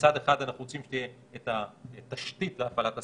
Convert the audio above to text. מצד אחד אנחנו רוצים שתהיה את התשתית להפעלת הסמכויות,